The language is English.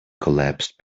collapsed